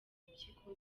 impyiko